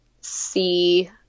see